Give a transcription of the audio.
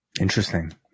Interesting